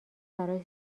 براش